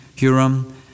Hiram